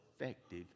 effective